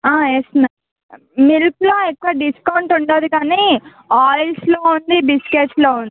yes madam మిల్క్లో ఎక్కువ discount ఉండదు కానీ ఆయిల్స్లో ఉంది బిస్కట్స్లో ఉంది